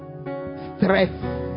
stress